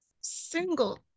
single